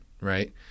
right